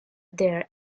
there